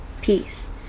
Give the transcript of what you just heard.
peace